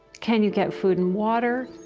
can you get food and water,